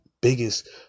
biggest